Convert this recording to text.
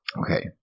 Okay